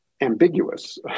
ambiguous